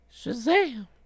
Shazam